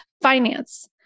finance